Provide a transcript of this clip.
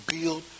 build